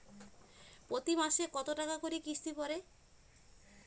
প্রতি মাসে কতো টাকা করি কিস্তি পরে?